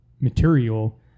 material